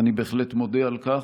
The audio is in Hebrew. ואני בהחלט מודה על כך.